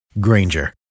Granger